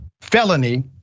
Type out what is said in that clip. Felony